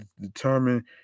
determine